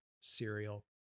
cereal